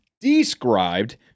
described